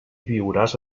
viuràs